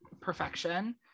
perfection